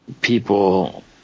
people